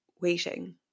waiting